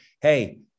hey